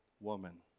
woman